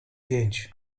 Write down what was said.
pięć